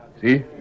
See